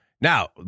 now